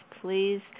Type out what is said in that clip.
please